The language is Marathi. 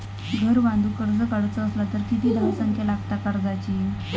घर बांधूक कर्ज काढूचा असला तर किती धावसंख्या लागता कर्जाची?